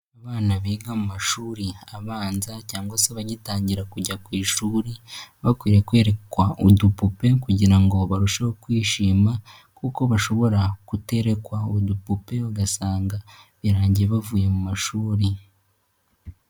Abana biga mu mashuri abanza cyangwa se abagitangira kujya ku ishuri, baba bakwiye kwerekwa udupupe kugira ngo barusheho kwishima kuko bashobora guterekwa udupupe, ugasanga birangiye bavuye mu mashuri.